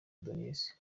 denise